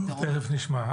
תכף נשמע.